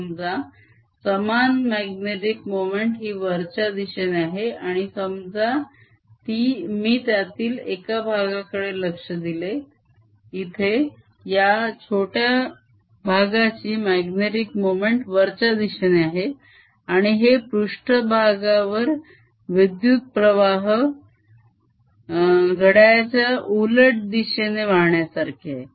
समजा समान magnetic moment ही वरच्या दिशेने आहे आणि समजा मी त्यातील एका भागाकडे लक्ष दिले इथे या छोट्या भागाची magnetic मोमेंट वरच्या दिशेने आहे आणि हे पृष्ठभागावर विद्युत्प्रवाह घड्याळाच्या उलट दिशेने वाहण्यासारखे आहे